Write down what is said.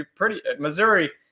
Missouri